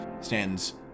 stands